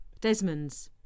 Desmond's